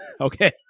Okay